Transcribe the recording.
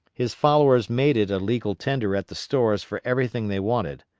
his followers made it a legal tender at the stores for everything they wanted.